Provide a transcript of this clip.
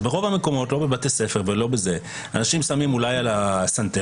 ברוב המקומות אנשים שמים אולי על הסנטר.